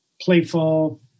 playful